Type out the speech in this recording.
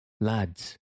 Lads